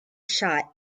shot